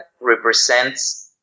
represents